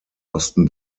osten